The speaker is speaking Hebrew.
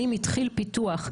אם התחיל פיתוח.